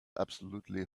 absolutely